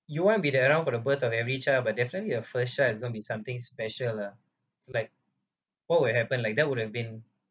you won't be around for the birth of every child but definitely your first child is going to be something special lah is like what will happen like that would have been